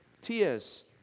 tears